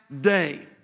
day